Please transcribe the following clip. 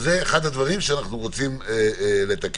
זה אחד הדברים שאנחנו רוצים לתקן.